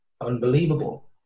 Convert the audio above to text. unbelievable